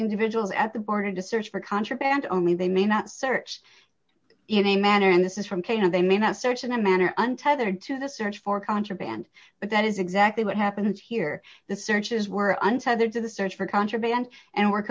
individuals at the border to search for contraband only they may not search in a manner and this is from kaner they may not search in a manner untethered to the search for contraband but that is exactly what happened here the searches were untethered to the search for contraband and were